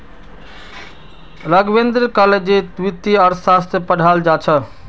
राघवेंद्र कॉलेजत वित्तीय अर्थशास्त्र पढ़ाल जा छ